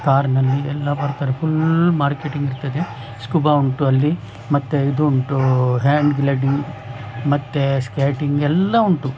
ಕಾರ್ನಲ್ಲಿ ಎಲ್ಲ ಬರ್ತಾರೆ ಫುಲ್ ಮಾರ್ಕೆಟಿಂಗ್ ಇರ್ತದೆ ಸ್ಕುಬಾ ಉಂಟು ಅಲ್ಲಿ ಮತ್ತೆ ಇದು ಉಂಟು ಹ್ಯಾಂಗ್ ಲ್ಯಾಡಿಂಗ್ ಮತ್ತೇ ಸ್ಕ್ಯಾಟಿಂಗ್ ಎಲ್ಲ ಉಂಟು